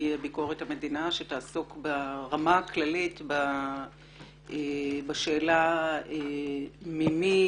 ביקורת המדינה שתעסוק ברמה הכללית בשאלה ממי,